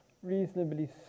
reasonably